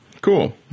Cool